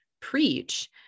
preach